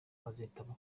azitaba